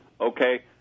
Okay